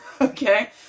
okay